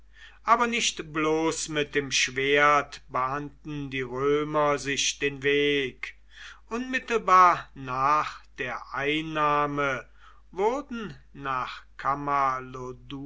aber nicht bloß mit dem schwert bahnten die römer sich den weg unmittelbar nach der einnahme wurden nach